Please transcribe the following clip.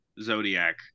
Zodiac